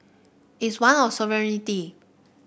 is one of sovereignty